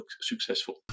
successful